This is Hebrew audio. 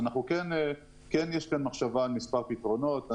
יש חשיבה על מספר פתרונות.